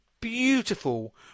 beautiful